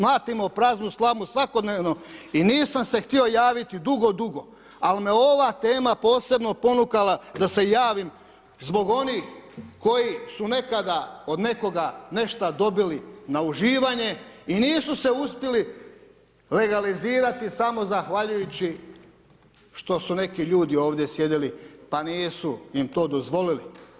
Mlatimo praznu slamu svakodnevno i nisam se htio javiti dugo, dugo, al, me ova tema posebno ponukala da se javim zbog onih koji su nekada od nekoga nešta dobili na uživanje i nisu se uspjeli legalizirati samo zahvaljujući što su neki ljudi ovdje sjedili, pa nisu im to dozvolili.